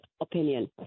opinion